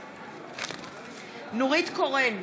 בעד נורית קורן,